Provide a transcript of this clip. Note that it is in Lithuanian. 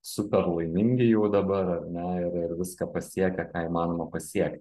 super laimingi jau dabar ar ne ir ir viską pasiekę ką įmanoma pasiekti